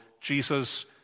Jesus